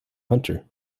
hunter